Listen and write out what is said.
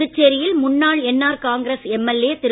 புதுச்சேரியில் முன்னாள் NR Congress MLA திரு